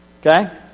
Okay